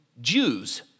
Jews